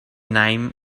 name